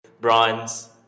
Bronze